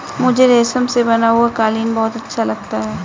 मुझे रेशम से बना हुआ कालीन बहुत अच्छा लगता है